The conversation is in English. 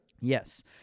yes